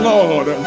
Lord